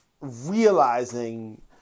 realizing